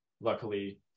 luckily